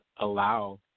allow